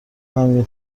غمگین